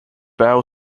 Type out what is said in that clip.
bow